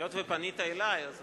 היות שפנית אלי אני